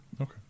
Okay